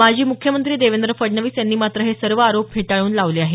माजी मुख्यमंत्री देवेंद्र फडणवीस यांनी मात्र हे सर्व आरोप फेटाळून लावले आहेत